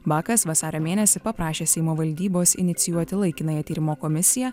bakas vasario mėnesį paprašė seimo valdybos inicijuoti laikinąją tyrimo komisiją